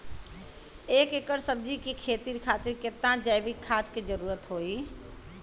एक एकड़ सब्जी के खेती खातिर कितना जैविक खाद के जरूरत होई?